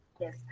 Yes